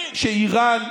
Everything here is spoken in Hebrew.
כי הבנתם שהפשע המאורגן,